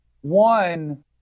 One